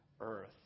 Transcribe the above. earth